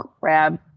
grab